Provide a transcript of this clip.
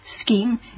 Scheme